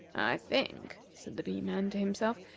think, said the bee-man to himself,